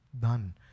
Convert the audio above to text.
done